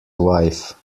wife